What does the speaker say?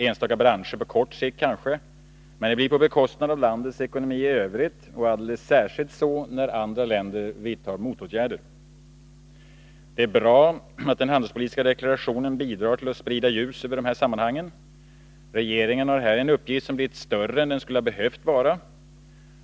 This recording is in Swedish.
Enstaka branscher gör det kanske på kort sikt, men det blir på bekostnad av landets ekonomi i övrigt och alldeles särskilt när andra länder vidtar motåtgärder. Det är bra att den handelspolitiska deklarationen bidrar till att sprida ljus över dessa sammanhang. Regeringen har här en uppgift som blivit större än den skulle ha behövt vara.